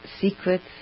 secrets